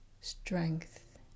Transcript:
strength